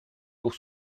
pour